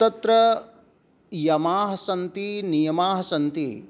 तत्र यमाः सन्ति नियमाः सन्ति